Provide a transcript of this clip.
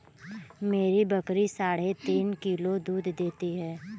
मेरी बकरी साढ़े तीन किलो दूध देती है